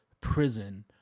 prison